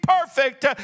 perfect